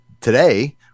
today